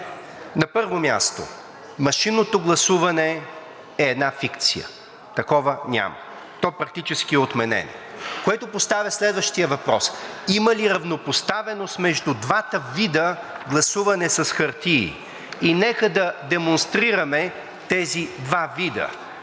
На първо място, машинното гласуване е една фикция – такова няма, то практически е отменено, което поставя следващия въпрос: има ли равнопоставеност между двата вида гласуване с хартии? Нека да демонстрираме тези два вида.